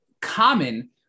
common